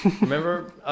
Remember